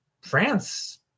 France